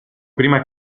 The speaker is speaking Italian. prima